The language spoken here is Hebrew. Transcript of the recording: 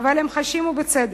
אבל הם חשים, ובצדק,